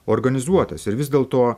organizuotas ir vis dėlto